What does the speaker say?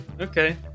Okay